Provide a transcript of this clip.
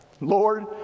Lord